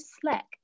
slack